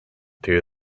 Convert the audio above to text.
through